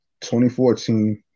2014